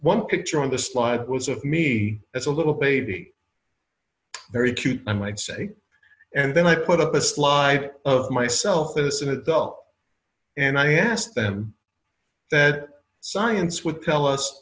one picture on the slide was of me as a little baby very cute i might say and then i put up a slide of myself as an adult and i asked them that science with tell us